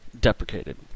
deprecated